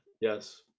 Yes